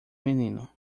menino